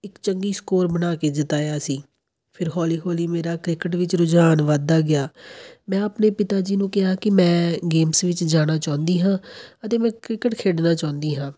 ਇੱਕ ਚੰਗੀ ਸਕੋਰ ਬਣਾ ਕੇ ਜਿਤਾਇਆ ਸੀ ਫਿਰ ਹੌਲੀ ਹੌਲੀ ਮੇਰਾ ਕ੍ਰਿਕਟ ਵਿੱਚ ਰੁਝਾਨ ਵੱਧਦਾ ਗਿਆ ਮੈਂ ਆਪਣੇ ਪਿਤਾ ਜੀ ਨੂੰ ਕਿਹਾ ਕਿ ਮੈਂ ਗੇਮਜ਼ ਵਿੱਚ ਜਾਣਾ ਚਾਹੁੰਦੀ ਹਾਂ ਅਤੇ ਮੈਂ ਕ੍ਰਿਕਟ ਖੇਡਣਾ ਚਾਹੁੰਦੀ ਹਾਂ